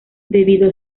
debido